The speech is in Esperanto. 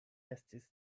estis